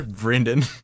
Brendan